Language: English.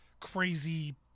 Crazy